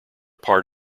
part